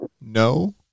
no